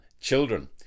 children